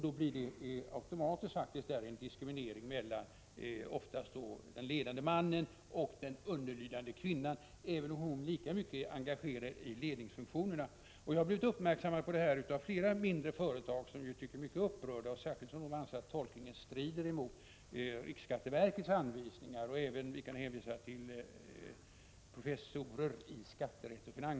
Då blir det faktiskt automatiskt en diskriminering, oftast av den underlydande kvinnan i förhållande till den ledande mannen. Detta sker även om kvinnan är lika mycket engagerad i ledningsfunktionerna. Jag har blivit uppmärksammad på detta av flera personer som företräder mindre företag. De är tydligen mycket upprörda, särskilt som de anser att tolkningen strider emot riksskatteverkets anvisningar. De har även hänvisat — Prot. 1985/86:67 till professorer i skatterätt och finansrätt.